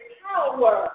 power